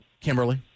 Kimberly